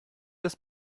des